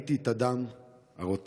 ראיתי את הדם הרותח,